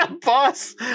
Boss